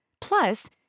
Plus